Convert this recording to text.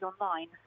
online